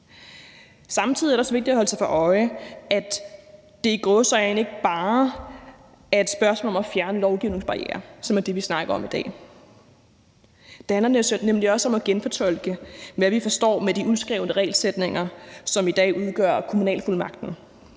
Samtidig er det også vigtigt at holde sig for øje, at det – i gåseøjne – ikke bare er et spørgsmål om at fjerne lovgivningsbarrierer, som er det, vi snakker om i dag. Det handler nemlig også om at genfortolke, hvad vi forstår ved de uskrevne regelsætninger, som i dag udgør kommunalfuldmagten.